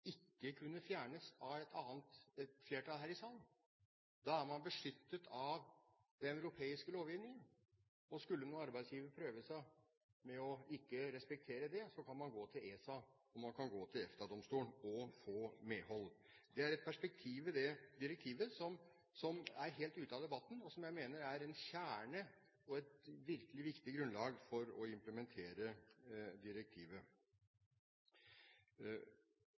ikke kunne fjernes av et flertall her i salen. Da er man beskyttet av den europeiske lovgivningen. Og skulle nå arbeidsgiver prøve seg på ikke å respektere det, kan man gå til ESA, og man kan gå til EFTA-domstolen og få medhold. Det er et perspektiv i dette direktivet som er helt ute av debatten, og som jeg mener er kjernen og et viktig grunnlag for å implementere